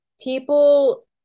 people